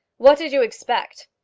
what did you expect?